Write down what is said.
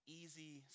easy